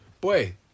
boy